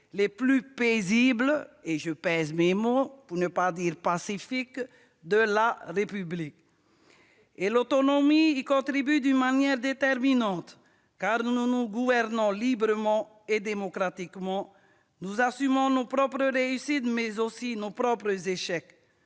les plus paisibles- pour ne pas dire pacifiques -de la République. Et l'autonomie y contribue d'une manière déterminante, car nous nous gouvernons librement et démocratiquement. Nous assumons nos propres réussites, mais aussi nos propres échecs.